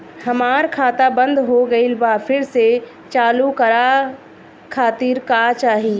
हमार खाता बंद हो गइल बा फिर से चालू करा खातिर का चाही?